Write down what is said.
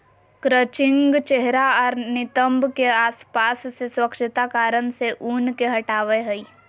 crutching चेहरा आर नितंब के आसपास से स्वच्छता कारण से ऊन के हटावय हइ